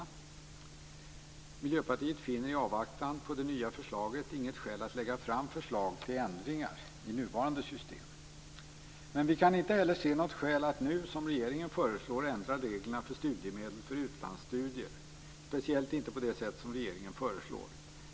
Vi i Miljöpartiet finner inget skäl att i avvaktan på det nya förslaget lägga fram förslag till ändringar i nuvarande system. Men vi kan inte heller se något skäl att, som regeringen föreslår, nu ändra reglerna för studiemedel för utlandsstudier - och speciellt inte på det sätt som regeringen föreslår.